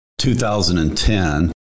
2010